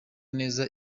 neza